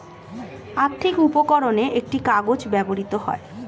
আর্থিক উপকরণে একটি কাগজ ব্যবহৃত হয়